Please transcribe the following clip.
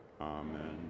Amen